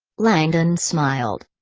langdon smiled.